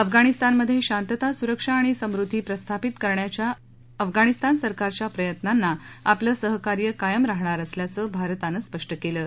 अफगाणिस्तानमध्ये शांतता सुरक्षा आणि समृद्धी प्रस्थापित करण्याच्या अफगाणिस्तान सरकारच्या प्रयत्नांना आपलं सहकार्य कायम राहणार असल्याचं भारताने स्पष्ट केलं आहे